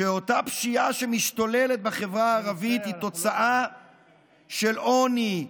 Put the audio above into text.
שאותה פשיעה שמשתוללת בחברה הערבית היא תוצאה של עוני,